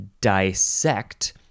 dissect